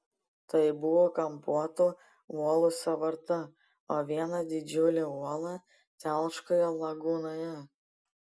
tai buvo kampuotų uolų sąvarta o viena didžiulė uola telkšojo lagūnoje